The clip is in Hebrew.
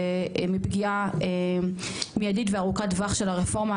מפגיעה מידית וארוכת טווח של הרפורמה,